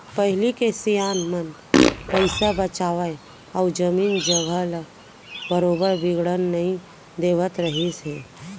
पहिली के सियान मन पइसा बचावय अउ जमीन जघा ल बरोबर बिगड़न नई देवत रहिस हे